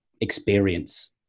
experience